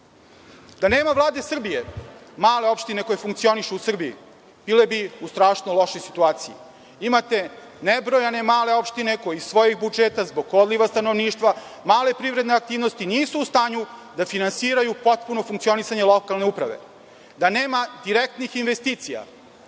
Da nema Vlade Srbije, male opštine koje funkcionišu u Srbiji bile bi u strašno lošoj situaciji. Imate nebrojane male opštine koje iz svojih budžeta, zbog odliva stanovništva, male privredne aktivnosti, nisu u stanju da finansiraju potpuno funkcionisanje lokalne uprave. Da nema direktnih investicija,